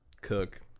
cook